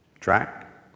Track